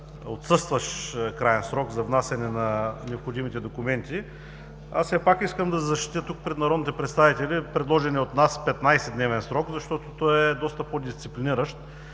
отсъстващ краен срок за внасяне на необходимите документи. Все пак искам да защитя пред народните представители предложения от нас 15-дневен срок, защото той е доста по-дисциплиниращ